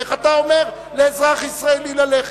איך אתה אומר לאזרח ישראלי ללכת?